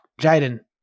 Jaden